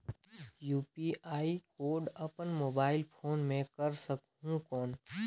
UPI code अपन mobile phone मे कर सकहुं कौन?